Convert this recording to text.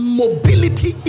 mobility